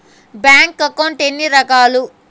bank account ఎన్ని రకాలు